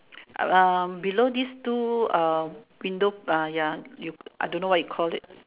below these two window ya you I don't know what you call it